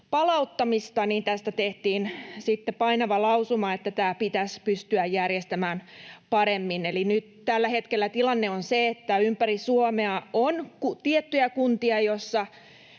palauttamista, eli tästä tehtiin painava lausuma, että tämä pitäisi pystyä järjestämään paremmin. Eli nyt tällä hetkellä tilanne on se, että ympäri Suomea on tiettyjä kuntia,